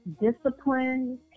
discipline